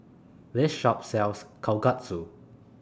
This Shop sells Kalguksu